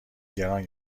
گران